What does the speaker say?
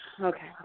okay